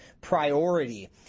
priority